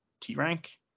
T-rank